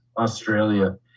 australia